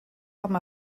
com